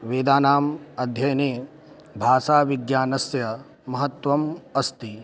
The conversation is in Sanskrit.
वेदानाम् अध्ययने भाषाविज्ञानस्य महत्त्वम् अस्ति